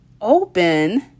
open